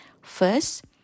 First